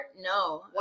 no